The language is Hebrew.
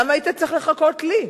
למה היית צריך לחכות לי?